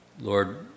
Lord